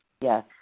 Yes